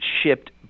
shipped